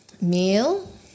Meal